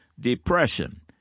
depression